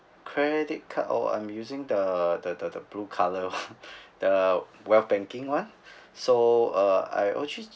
credit card oh I'm using the uh the the the blue colour [one] the well banking [one] so uh I actually